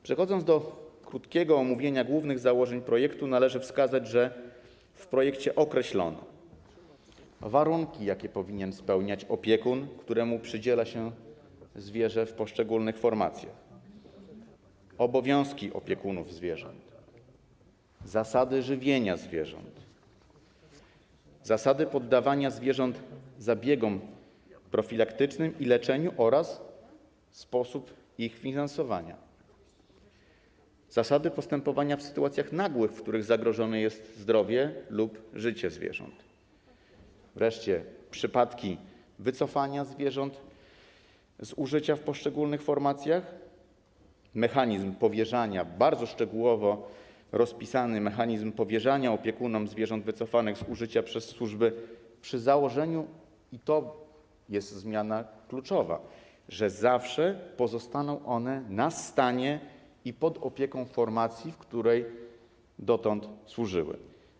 Przechodząc do krótkiego omówienia głównych założeń projektu, należy wskazać, że w określono w nim warunki, jakie powinien spełniać opiekun, któremu przydziela się zwierzę w poszczególnych formacjach; obowiązki opiekunów zwierząt; zasady żywienia zwierząt; zasady poddawania zwierząt zabiegom profilaktycznym i leczeniu oraz sposób ich finansowania; zasady postępowania w sytuacjach nagłych, w których zagrożone jest zdrowie lub życie zwierząt; wreszcie przypadki wycofania zwierząt z użycia w poszczególnych formacjach; bardzo szczegółowo rozpisany mechanizm powierzania opiekunom zwierząt wycofanych z użycia przez służby - przy założeniu, i to jest zmiana kluczowa, że na zawsze pozostaną one na stanie i pod opieką formacji, w której dotąd służyły.